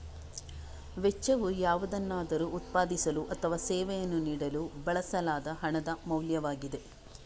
ವೆಚ್ಚವು ಯಾವುದನ್ನಾದರೂ ಉತ್ಪಾದಿಸಲು ಅಥವಾ ಸೇವೆಯನ್ನು ನೀಡಲು ಬಳಸಲಾದ ಹಣದ ಮೌಲ್ಯವಾಗಿದೆ